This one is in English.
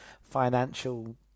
financial